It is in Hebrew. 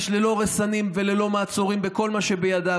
ללא רסנים וללא מעצורים בכל מה שבידיו,